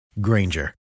Granger